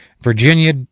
Virginia